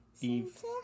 Eve